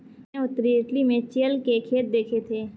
मैंने उत्तरी इटली में चेयल के खेत देखे थे